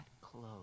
close